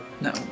No